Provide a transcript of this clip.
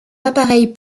appareil